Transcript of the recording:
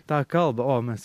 tą kalbą o mes